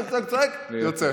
צועק, צועק, יוצא.